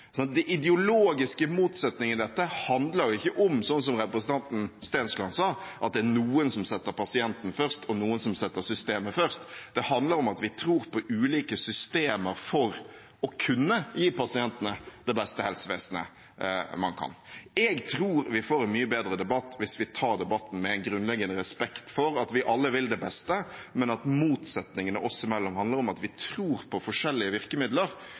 sånn at noen av oss som er i denne salen, har valgt å bli helsepolitikere fordi vi ikke bryr oss om pasientene, men er mer opptatt av systemet, blir jeg litt overrasket. Jeg tror ingen egentlig tror det. De ideologiske motsetningene i dette handler jo ikke om, som representanten Stensland sa, at det er noen som setter pasienten først, og noen som setter systemet først. Det handler om at vi tror på ulike systemer for å kunne gi pasientene det beste helsevesenet man kan. Jeg tror vi får en mye bedre debatt hvis vi tar